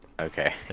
Okay